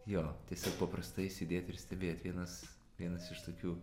jo tiesiog paprastai sėdėt ir stebėt vienas vienas iš tokių